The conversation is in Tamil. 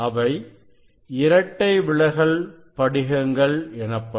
அவை இரட்டை விலகல் படிகங்கள் எனப்படும்